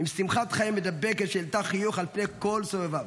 עם שמחת חיים מידבקת שהעלתה חיוך על פני כל סובביו.